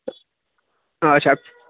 اچھا